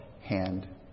hand